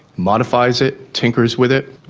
modifies it, tinkers with it,